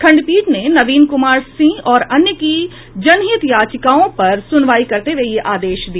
खंडपीठ ने नवीन कुमार सिंह और अन्य की जनहित याचिकाओं पर सुनवाई करते हुए यह आदेश दिया